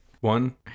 One